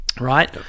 right